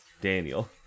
Daniel